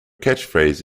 catchphrase